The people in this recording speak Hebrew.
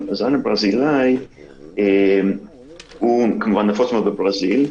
הזן הברזילאי כמובן נפוץ מאוד בברזיל.